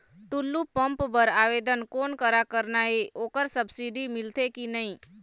Tullu pump बर आवेदन कोन करा करना ये ओकर सब्सिडी मिलथे की नई?